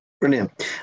Brilliant